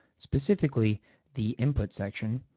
specifically the input section,